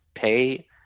pay